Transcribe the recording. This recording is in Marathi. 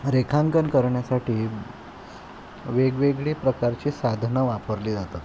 रेखांकन करण्यासाठी वेगवेगळे प्रकारची साधनं वापरली जातात